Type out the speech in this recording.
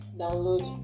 download